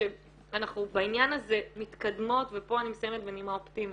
שאנחנו בעניין הזה מתקדמות ופה אני מסיימת בנימה אופטימית.